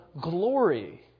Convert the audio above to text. glory